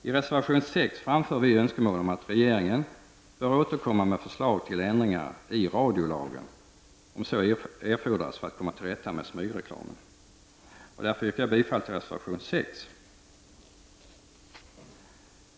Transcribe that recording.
I reservation 6 framför vi önskemål om att regeringen skall återkomma med förslag till ändringar i radiolagen, om så erfordras för att komma till rätta med smygreklamen. Jag yrkar bifall till reservation 6.